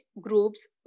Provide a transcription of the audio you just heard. groups